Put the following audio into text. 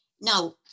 Now